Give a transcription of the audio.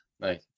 Nice